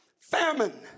Famine